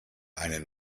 einen